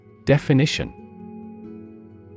Definition